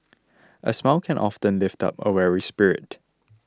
a smile can often lift up a weary spirit